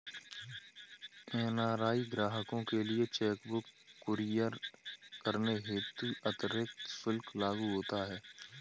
NRI ग्राहकों के लिए चेक बुक कुरियर करने हेतु अतिरिक्त शुल्क लागू होता है